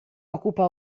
occupa